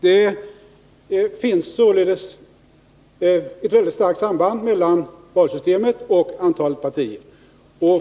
Det finns således ett mycket starkt samband mellan valsystemet och antalet partier.